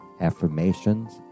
affirmations